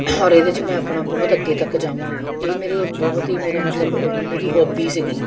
ਔਰ ਇਹਦੇ 'ਚ ਮੈਂ ਆਪਣਾ ਬਹੁਤ ਅੱਗੇ ਤੱਕ ਜਾਵਾਂ ਇਹ ਮੇਰੇ ਬਹੁਤ ਹੀ ਮੇਰਾ ਮਤਲਬ ਮੇਰੀ ਹੌਬੀ ਸੀਗੀ